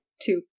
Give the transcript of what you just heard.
two